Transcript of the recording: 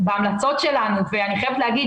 ובהמלצות שלנו ואני חייבת לומר,